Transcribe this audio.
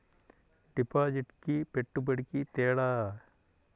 డిపాజిట్కి పెట్టుబడికి తేడా?